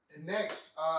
next